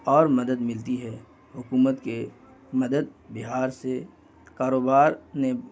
اور مدد ملتی ہے حکومت کے مدد بہار سے کاروبار نے